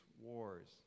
wars